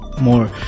more